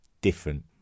different